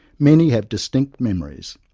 many have distinct memories,